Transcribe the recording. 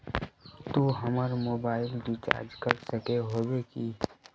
तू हमर mobile recharge कर सके होबे की?